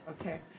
okay